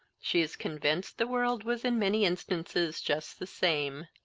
she is convinced the world was in many instances just the same.